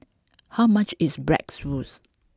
how much is Bratwurst